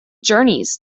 journeys